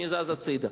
אני זז הצדה,